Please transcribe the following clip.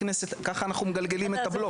ככה אנחנו מגלגלים את הבלוף.